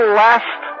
last